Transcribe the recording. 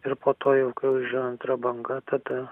ir po to jau kai užėjo antra banga tada